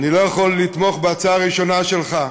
אני לא יכול לתמוך בהצעה הראשונה שלך.